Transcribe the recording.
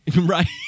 Right